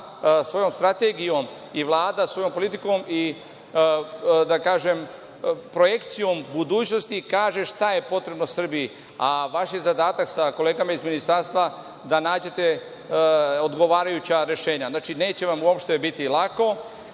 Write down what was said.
svojom strategijom i Vlada svojom politikom i projekcijom budućnosti kaže šta je potrebno Srbiji, a vaš je zadatak sa kolegama iz ministarstva da nađete odgovarajuća rešenja. Neće vam uopšte biti lako.